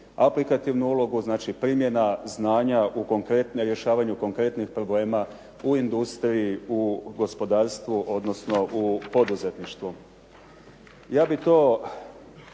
aplikativnu ulogu, znači primjena znanja u rješavanju konkretnih problema u industriji, u gospodarstvu odnosno u poduzetništvu. Ja bih to